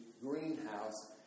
greenhouse